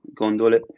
gondole